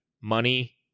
money